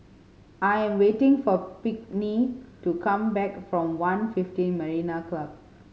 I am waiting for Pinkney to come back from One fifteen Marina Club